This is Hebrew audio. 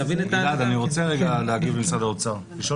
אני רוצה לשאול את משרד האוצר ולהגיב